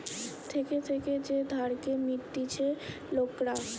থেকে থেকে যে ধারকে মিটতিছে লোকরা